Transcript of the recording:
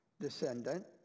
descendant